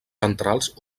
centrals